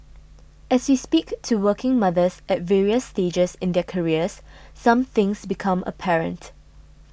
as we speak to working mothers at various stages in their careers some things become apparent